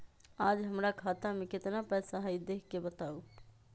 आज हमरा खाता में केतना पैसा हई देख के बताउ?